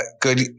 good